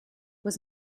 was